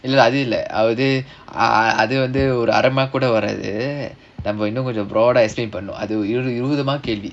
!aiyoyo! அது இல்ல அது வந்து ஒரு அர:adhu illa adhu vandhu oru ara mark கூட வராது அது இருப்பது:kooda varaathu adhu iruppathu mark கேள்வி:kelvi